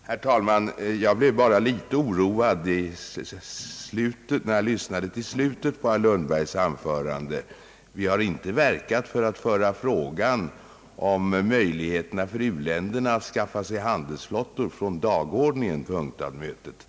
Herr talman! Jag blev litet oroad, när jag lyssnade till slutet på herr Lundbergs anförande. Vi har inte verkat för att frågan om möjligheterna för u-länderna att skaffa sig handelsflottor skall föras från dagordningen på UNCTAD mötet.